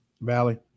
Valley